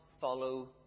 follow